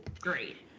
great